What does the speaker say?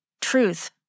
Truth